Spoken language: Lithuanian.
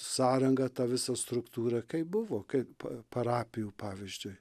sąranga ta visa struktūra kaip buvo kaip parapijų pavyzdžiui